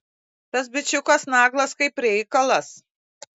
tas bičiukas tai naglas kaip reikalas